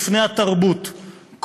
ולפני התרבות,